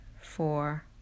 four